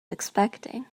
expecting